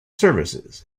services